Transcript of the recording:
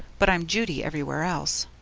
but i'm judy everywhere else.